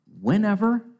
whenever